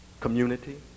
community